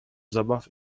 zabaw